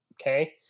Okay